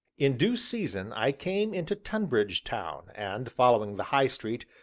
in due season i came into tonbridge town, and following the high street,